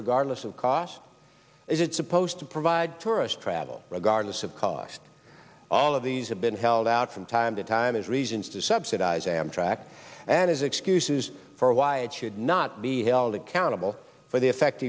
regardless of cost is it supposed to provide tourist travel regardless because all of these have been held out from time to time as reasons to subsidize amtrak and as excuses for why it should not be held accountable for the effect